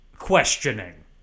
questioning